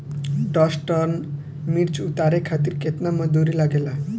दस टन मिर्च उतारे खातीर केतना मजदुर लागेला?